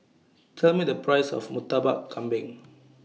Tell Me The Price of Murtabak Kambing